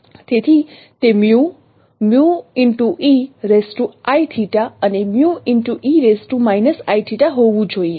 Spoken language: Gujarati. તેથી તે અને હોવું જોઈએ